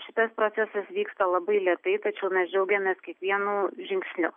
šitas procesas vyksta labai lėtai tačiau mes džiaugiamės kiekvienu žingsniu